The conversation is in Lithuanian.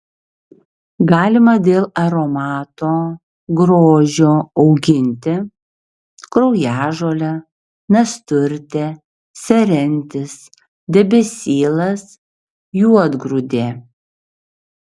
galima dėl aromato grožio auginti kraujažolė nasturtė serentis debesylas juodgrūdė